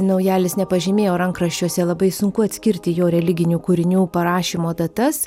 naujalis nepažymėjo rankraščiuose labai sunku atskirti jo religinių kūrinių parašymo datas